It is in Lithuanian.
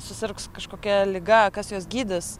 susirgs kažkokia liga kas juos gydys